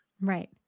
right